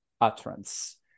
utterance